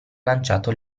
lanciato